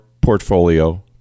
portfolio